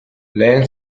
lehen